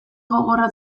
gogorra